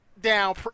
down